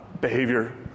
behavior